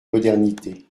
modernité